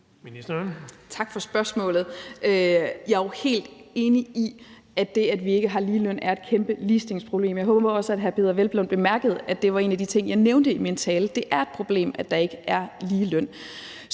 Tak for spørgsmålet. Jeg er jo helt enig i, at det, at vi ikke har ligeløn, er et kæmpe ligestillingsproblem. Jeg håber også, at hr. Peder Hvelplund bemærkede, at det var en af de ting, jeg nævnte i min tale. Det er et problem, at der ikke er ligeløn.